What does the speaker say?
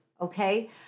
Okay